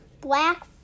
black